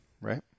right